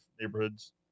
neighborhoods